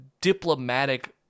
diplomatic